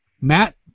Matt